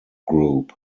group